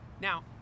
Now